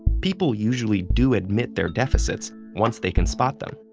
people usually do admit their deficits once they can spot them.